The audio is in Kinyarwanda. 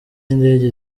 indege